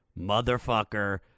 motherfucker